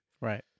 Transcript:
right